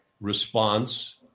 response